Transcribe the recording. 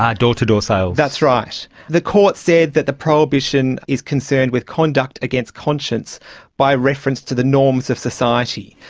um door-to-door sales. that's right. the court said that the prohibition is concerned with conduct against conscience by reference to the norms of society.